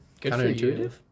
counterintuitive